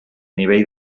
nivell